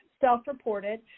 self-reported